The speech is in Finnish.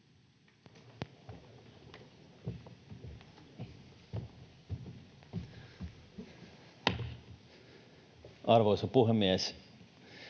Arvoisa puhemies!